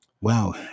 Wow